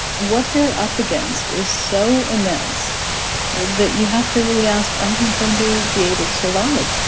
what they're up against is so immense that you have to really ask, are they going to be able to survive?